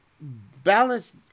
Balance